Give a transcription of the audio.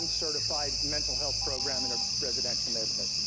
uncertified mental health program in a residential neighborhood.